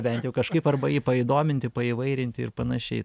bent jau kažkaip arba jį pasidominti paįvairinti ir panašiai